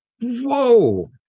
Whoa